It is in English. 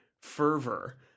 fervor